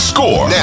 Score